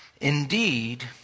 Indeed